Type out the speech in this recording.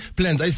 plans